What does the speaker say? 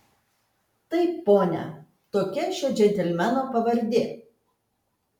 taip pone tokia šio džentelmeno pavardė